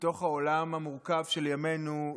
בתוך העולם המורכב של ימינו,